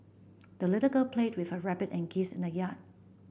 the little girl played with her rabbit and geese in the yard